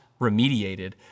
remediated